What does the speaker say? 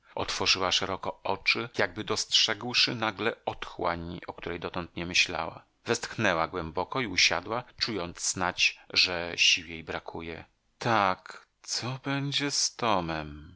otworzyła szeroko oczy jakby dostrzegłszy nagle otchłań o której dotąd nie myślała westchnęła głęboko i usiadła czując snadź że sił jej brakuje tak co będzie